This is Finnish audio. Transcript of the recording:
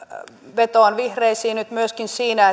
vetoan vihreisiin nyt myöskin siinä